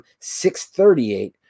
638